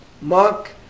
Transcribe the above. Mark